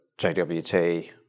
JWT